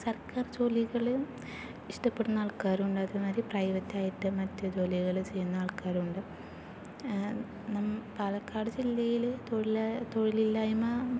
സർക്കാർ ജോലികൾ ഇഷ്ടപ്പെടുന്ന ആൾക്കാരുണ്ട് അതേമാതിരി പ്രൈവറ്റായിട്ട് മറ്റു ജോലികൾ ചെയ്യുന്ന ആൾക്കാരുമുണ്ട് പാലക്കാട് ജില്ലയിൽ തൊഴിലില്ലായ്മ